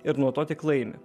ir nuo to tik laimi